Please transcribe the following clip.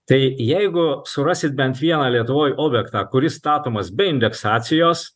tai jeigu surasit bent vieną lietuvoj objektą kuris statomas indeksacijos